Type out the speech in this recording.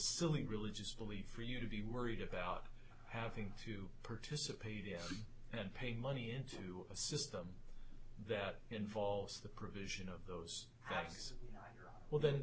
silly religious belief for you to be worried about having to participate and pay money into a system that involves the provision of those prices well then